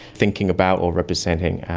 thinking about or representing,